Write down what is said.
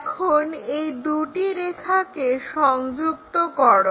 এখন এই দুটি রেখাকে সংযুক্ত করো